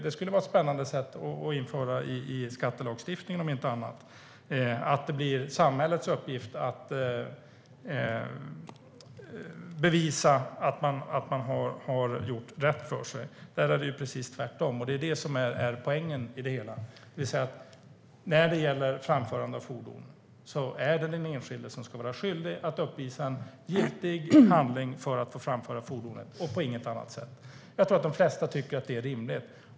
Det skulle vara spännande att införa i skattelagstiftningen, om inte annat, att det ska vara samhällets uppgift att bevisa att någon inte har gjort rätt för sig. Där är det precis tvärtom, och det är det som är poängen i det hela. När det gäller framförande av fordon är det den enskilde som ska vara skyldig att uppvisa en giltig handling för att få framföra fordonet. Det ska inte vara på något annat sätt. Jag tror att de flesta tycker att det är rimligt.